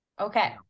Okay